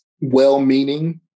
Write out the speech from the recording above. well-meaning